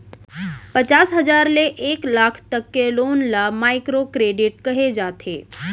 पचास हजार ले एक लाख तक लोन ल माइक्रो करेडिट कहे जाथे